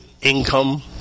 income